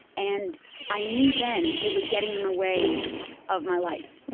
and i knew then it was getting in the way of my life